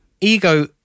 ego